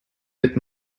with